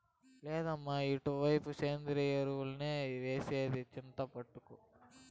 లేదమ్మీ ఇటుపైన సేంద్రియ ఎరువులే ఏసేది చింతపడకు